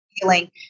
feeling